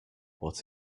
what